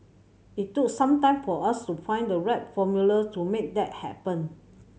it took some time for us to find the right formula to make that happen